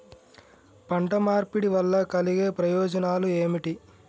పంట మార్పిడి వల్ల కలిగే ప్రయోజనాలు ఏమిటి?